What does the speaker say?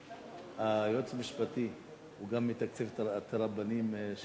אבל היועץ המשפטי, הוא גם מתקצב את הרבנים שלהם?